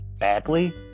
badly